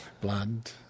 Blood